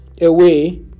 away